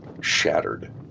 shattered